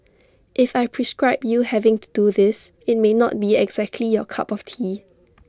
if I prescribe you having to do this IT may not be exactly your cup of tea